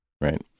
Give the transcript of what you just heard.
Right